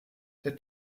der